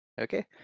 Okay